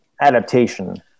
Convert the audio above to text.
adaptation